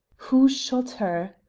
who shot her?